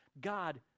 God